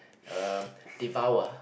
um devour